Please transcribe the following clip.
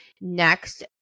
Next